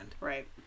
Right